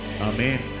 Amen